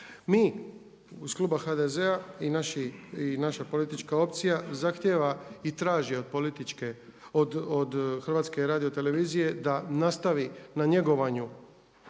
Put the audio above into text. Mi iz kluba HDZ-a i naša politička opcija zahtjeva i traži od HRT-a da nastavi na njegovanju